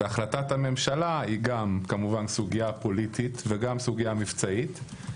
החלטת הממשלה היא גם כמובן סוגיה פוליטית גם סוגיה מבצעית.